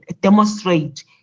demonstrate